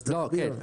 אז תסביר.